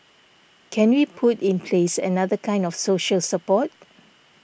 can we put in place another kind of social support